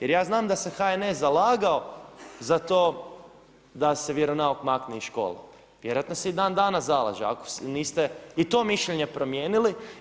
Jer ja znam da se HNS zalagao za to da se vjeronauk makne iz škole, vjerojatno se i dan danas zalaže ako niste i to mišljenje promijenili.